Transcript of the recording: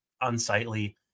unsightly